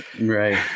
Right